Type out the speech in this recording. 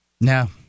No